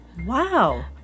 Wow